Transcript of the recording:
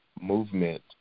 movement